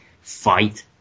fight